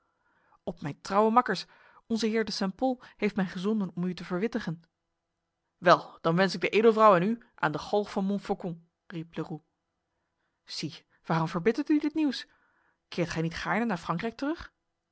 op mijn trouwe makkers onze heer de st pol heeft mij gezonden om u te verwittigen wel dan wens ik de edelvrouw en u aan de galg van montfaucon riep leroux zie waarom verbittert u dit nieuws keert gij niet gaarne naar frankrijk terug